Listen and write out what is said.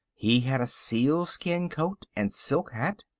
he had a sealskin coat and silk hat?